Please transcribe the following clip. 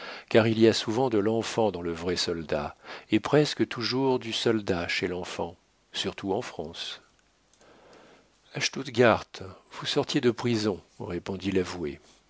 car il y a souvent de l'enfant dans le vrai soldat et presque toujours du soldat chez l'enfant surtout en france a stuttgard vous sortiez de prison répondit l'avoué